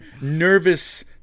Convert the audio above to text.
nervous